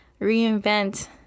reinvent